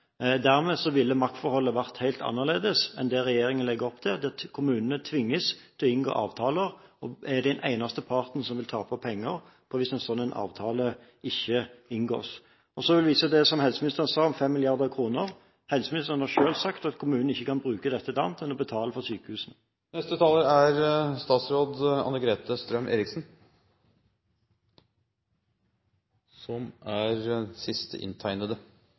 ville maktforholdet vært helt annerledes enn det regjeringen legger opp til, der kommunene tvinges til å inngå avtaler og er den eneste parten som vil tape penger hvis en sånn avtale ikke inngås. Så vil jeg vise til det som helseministeren sa om 5 mrd. kr. Helseministeren har selv sagt at kommunene ikke kan bruke dette til annet enn å betale for sykehusene. Jeg kan forsikre om at verken jeg eller regjeringen har gått vekk fra intensjonene i Samhandlingsreformen. Vi er